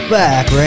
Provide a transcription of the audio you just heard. back